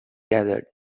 gathered